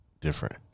different